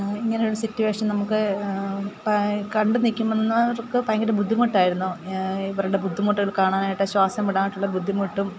ഇങ്ങനൊരു സിറ്റുവേഷൻ നമുക്ക് കാ കണ്ടു നിൽക്കുമ്പോൾ നിന്നവർക്കു ഭയങ്കര ബുദ്ധിമുട്ടായിരുന്നു ഇവരുടെ ബുദ്ധിമുട്ടുകൾ കാണാനായിട്ട് ശ്വാസം വിടാനായിട്ടുള്ള ബുദ്ധിമുട്ടും